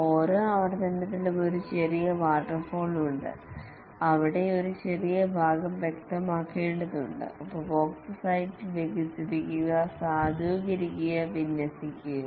ഓരോ ആവർത്തനത്തിലും ഒരു ചെറിയ വാട്ടർഫാൾ മുണ്ട് അവിടെ ഒരു ചെറിയ ഭാഗം വ്യക്തമാക്കേണ്ടതുണ്ട് ഉപഭോക്തൃ സൈറ്റിൽ വികസിപ്പിക്കുക സാധൂകരിക്കുക വിന്യസിക്കുക